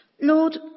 Lord